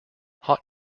hot